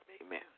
Amen